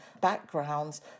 backgrounds